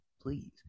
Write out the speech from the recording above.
please